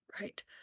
Right